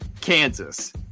Kansas